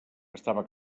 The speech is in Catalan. estava